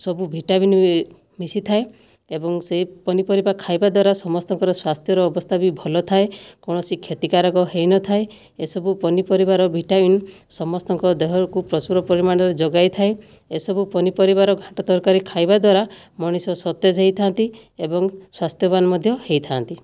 ସବୁ ଭିଟାମିନ୍ ବି ମିଶିଥାଏ ଏବଂ ସେହି ପନିପରିବା ଖାଇବା ଦ୍ଵାରା ସମସ୍ତଙ୍କର ସ୍ଵାସ୍ଥ୍ୟର ଅବସ୍ଥା ବି ଭଲ ଥାଏ କୌଣସି କ୍ଷତିକାରକ ହୋଇନଥାଏ ଏସବୁ ପନିପରିବାର ଭିଟାମିନ୍ ସମସ୍ତଙ୍କ ଦେହକୁ ପ୍ରଚୁର ପରିମାଣରେ ଯୋଗାଇଥାଏ ଏସବୁ ପନିପରିବାର ଘାଣ୍ଟ ତରକାରୀ ଖାଇବା ଦ୍ୱାରା ମଣିଷ ସତେଜ ହୋଇଥାନ୍ତି ଏବଂ ସ୍ୱାସ୍ଥ୍ୟବାନ ମଧ୍ୟ ହୋଇଥାନ୍ତି